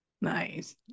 Nice